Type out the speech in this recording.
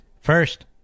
First